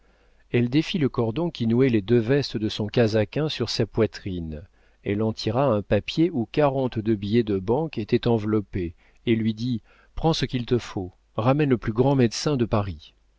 elle défit le cordon qui nouait les deux vestes de son casaquin sur sa poitrine elle en tira un papier où quarante-deux billets de banque étaient enveloppés et lui dit prends ce qu'il te faut ramène le plus grand médecin de paris